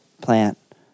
plant